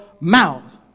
mouth